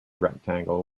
rectangle